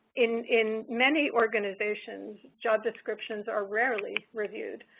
in in many organizations, job descriptions are rarely reviewed.